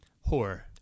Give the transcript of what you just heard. horror